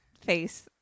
face